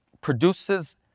produces